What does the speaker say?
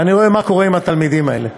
ואני רואה מה קורה עם התלמידים האלה.